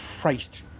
Christ